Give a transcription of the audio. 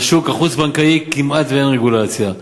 על השוק החוץ-בנקאי כמעט אין רגולציה,